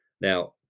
Now